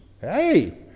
Hey